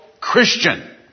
Christian